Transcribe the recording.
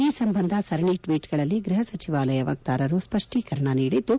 ಈ ಸಂಬಂಧ ಸರಣಿ ಟ್ವೀಟ್ಗಳಲ್ಲಿ ಗೃಹ ಸಚಿವಾಲಯ ವಕ್ತಾರರು ಸ್ಪಷ್ಟೀಕರಣ ನೀಡಿದ್ದು